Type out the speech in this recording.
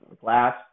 glass